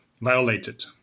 violated